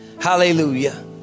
Hallelujah